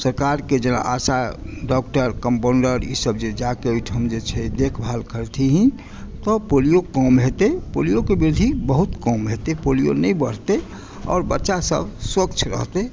सरकार के जेना आशा डॉक्टर कम्पोंडर ई सब जे जाकऽ ओहिठाम जे छै देखभाल करथिन तऽ पोलियो कम हेतै पोलियो के वृद्धि बहुत कम हेतै पोलियो नहि बढ़तै आओर बच्चासब स्वस्थ रहतै